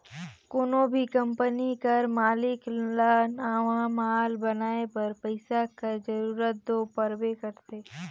कोनो भी कंपनी कर मालिक ल नावा माल बनाए बर पइसा कर जरूरत दो परबे करथे